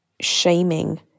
shaming